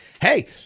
Hey